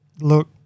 Look